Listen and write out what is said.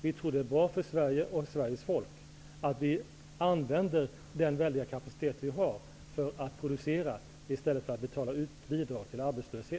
Vi tror att det är bra för Sverige och Sveriges folk att vi använder den väldiga kapacitet som landet har för att producera i stället för att betala ut bidrag till arbetslösa.